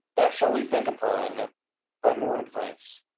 that shall we think upon by more advice.